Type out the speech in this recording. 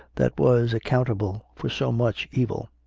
that was accountable for so much evil.